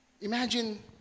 Imagine